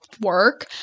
work